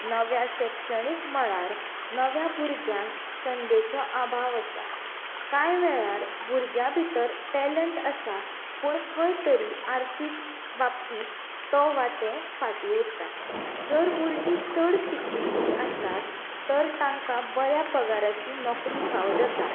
नव्या शैक्षणीक मळार नव्या भुरग्यांक संदेचो अभाव आसा कांय वेळार भुरग्यां भितर टेलन्ट आसा पूण खंय तरी आर्थिक बाबतींत तो वा तें फाटीं उरता जर भुरगीं चड शिकिल्लीं आसात तर तांकां बऱ्या पगाराची नोकरी फावं जाता